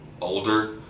older